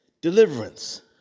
deliverance